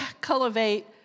cultivate